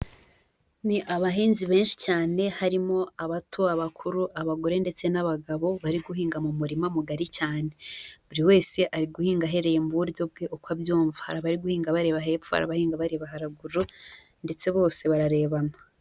Ni abahinzi benshi cyane harimo abato, abakuru, abagore, ndetse n'abagabo, bari guhinga mu murima mugari cyane buri wese ari guhinga ahereye mu buryo bwe uko abyumva, hari abari guhinga bareba hepfo, hari abahinga bareba haraguru, ndetse bose bararebana.